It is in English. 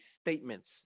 statements